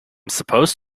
supposed